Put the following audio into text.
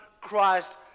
Christ